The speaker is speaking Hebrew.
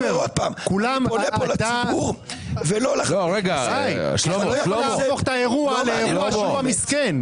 אתה לא יכול להפוך את האירוע לאירוע שבו אתה המסכן,